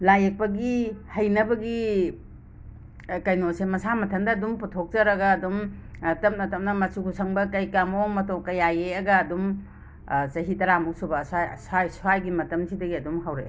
ꯂꯥꯏ ꯌꯦꯛꯄꯒꯤ ꯍꯩꯅꯕꯒꯤ ꯀꯩꯅꯣꯁꯦ ꯃꯁꯥ ꯃꯊꯟꯗ ꯗꯨꯝ ꯄꯨꯊꯣꯛꯆꯔꯒ ꯗꯨꯝ ꯇꯞꯅ ꯇꯞꯅ ꯃꯆꯨꯒ ꯁꯪꯕ ꯀꯩ ꯀꯥ ꯃꯋꯣꯡ ꯃꯇꯧ ꯀꯌꯥ ꯌꯦꯑꯒ ꯗꯨꯝ ꯆꯍꯤ ꯇꯔꯥ ꯃꯨꯛ ꯁꯨꯕ ꯁ꯭ꯋꯥꯏꯒꯤ ꯃꯇꯝꯁꯤꯗꯒꯤ ꯑꯗꯨꯝ ꯍꯧꯔꯛꯑꯦ